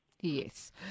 Yes